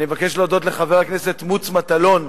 אני מבקש להודות לחבר הכנסת מוץ מטלון,